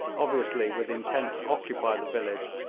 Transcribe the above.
obviously with intent to occupy the village,